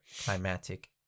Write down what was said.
climatic